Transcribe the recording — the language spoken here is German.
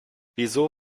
wieso